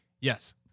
Yes